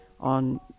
on